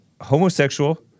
homosexual